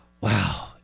wow